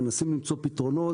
מנסים למצוא פתרונות.